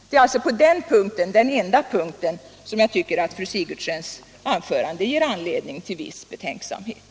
Det är som sagt på den punkten som jag tycker att fru Sigurdsens anförande ger anledning till viss betänksamhet.